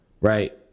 right